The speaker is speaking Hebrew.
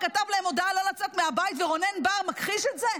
כתב להם הודעה לא לצאת מהבית ורונן בר מכחיש את זה?